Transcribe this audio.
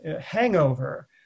hangover